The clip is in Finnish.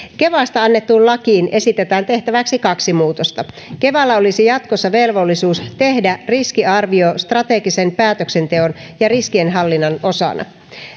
kevasta annettuun lakiin esitetään tehtäväksi kaksi muutosta kevalla olisi jatkossa velvollisuus tehdä riskiarvio strategisen päätöksenteon ja riskienhallinnan osana